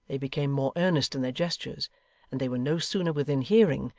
they became more earnest in their gestures and they were no sooner within hearing,